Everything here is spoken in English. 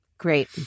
great